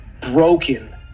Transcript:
broken